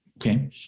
Okay